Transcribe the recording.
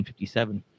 1957